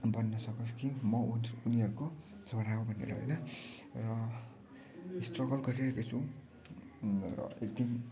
भन्न सकोस् कि म उनीहरूको छोरा हो भनेर होइन र स्ट्रगल गरिराखेको छु र एकदिन